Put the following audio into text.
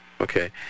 Okay